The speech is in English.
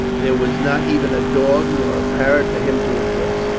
there was not even a dog nor a parrot for him to address.